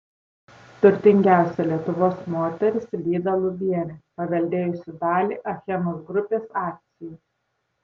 turtingiausia lietuvos moteris lyda lubienė paveldėjusi dalį achemos grupės akcijų